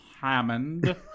Hammond